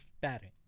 batting